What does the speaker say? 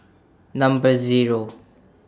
Number Zero